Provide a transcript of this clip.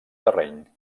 terreny